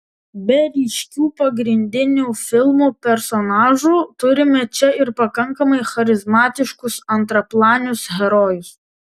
be ryškių pagrindinių filmo personažų turime čia ir pakankamai charizmatiškus antraplanius herojus